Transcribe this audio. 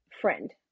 friend